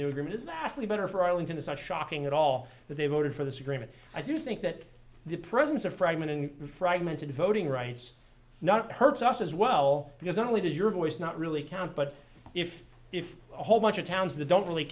new agreement is lastly better for arlington it's not shocking at all that they voted for this agreement i do think that the presence of fragmenting fragmented voting rights not hurts us as well because not only does your voice not really count but if if a whole bunch of towns the don't really